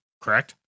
correct